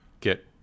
get